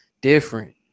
different